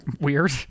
weird